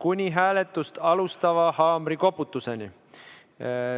kuni hääletust alustava haamrikoputuseni,